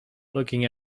looking